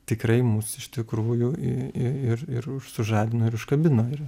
tikrai mus iš tikrųjų i i ir ir sužadino ir užkabino ir